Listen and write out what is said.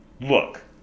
look